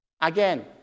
Again